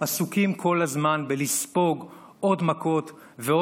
עסוקים כל הזמן בלספוג עוד מכות ועוד